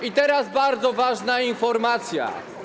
I teraz bardzo ważna informacja.